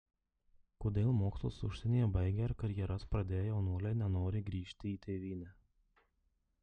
kodėl mokslus užsienyje baigę ir karjeras pradėję jaunuoliai nenori grįžti į tėvynę